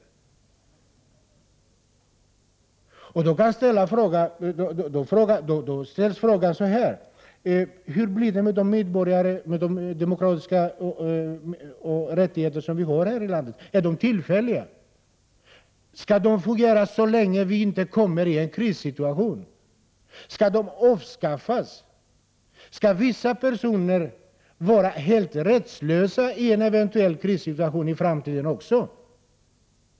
Följdfrågorna blir då: Hur blir det med de demokratiska rättigheter som vi har i det här landet? Är de tillfälliga? Skall de fungera så länge vi inte kommer in i en krissituation? Skall de då avskaffas? Skall vissa personer vara helt rättslösa vid en eventuell krissituation också i framtiden?